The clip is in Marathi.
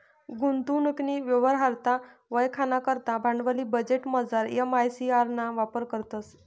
गुंतवणूकनी यवहार्यता वयखाना करता भांडवली बजेटमझार एम.आय.सी.आर ना वापर करतंस